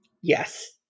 Yes